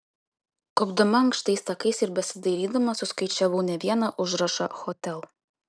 kopdama ankštais takais ir besidarydama suskaičiavau ne vieną užrašą hotel